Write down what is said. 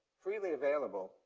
freely available,